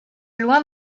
loin